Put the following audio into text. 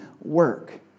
work